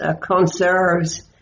conserves